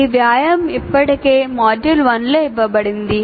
ఈ వ్యాయామం ఇప్పటికే మాడ్యూల్ 1 లో ఇవ్వబడింది